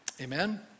Amen